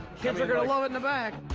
kids are gonna love it in the back.